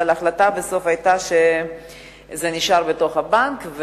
אבל ההחלטה בסוף היתה שזה נשאר בתוך הבנק,